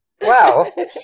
Wow